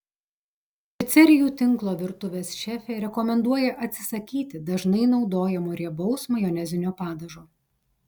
picerijų tinklo virtuvės šefė rekomenduoja atsisakyti dažnai naudojamo riebaus majonezinio padažo